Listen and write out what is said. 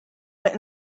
went